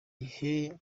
igihe